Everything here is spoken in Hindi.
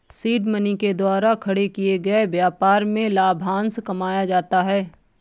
सीड मनी के द्वारा खड़े किए गए व्यापार से लाभांश कमाया जाता है